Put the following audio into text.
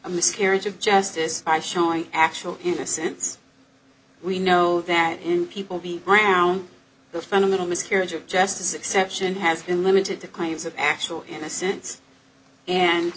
a miscarriage of justice by showing actual innocence we know that in people being around the fundamental miscarriage of justice exception has been limited to crimes of actual innocence and